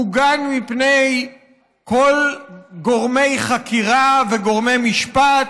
מוגן מפני כל גורמי חקירה וגורמי משפט.